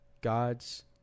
God's